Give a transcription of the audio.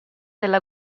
della